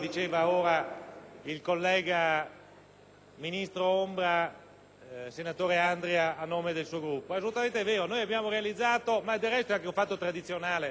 ministro ombra, senatore Andria, a nome del suo Gruppo;